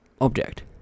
object